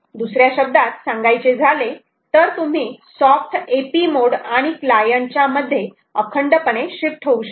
दुसऱ्या शब्दात सांगायचे झाले तर तुम्ही सॉफ्ट AP मोड आणि क्लायंट च्या मध्ये अखंडपणे शिफ्ट होऊ शकतात